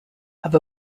have